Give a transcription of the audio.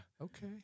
Okay